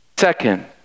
Second